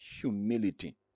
humility